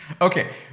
Okay